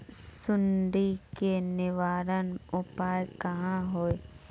सुंडी के निवारण उपाय का होए?